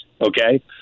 Okay